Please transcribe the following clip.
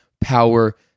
power